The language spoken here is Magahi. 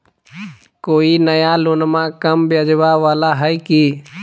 कोइ नया लोनमा कम ब्याजवा वाला हय की?